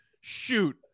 Shoot